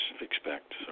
expect